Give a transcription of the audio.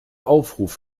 aufruf